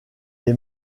est